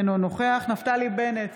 אינו נוכח נפתלי בנט,